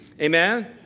Amen